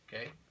Okay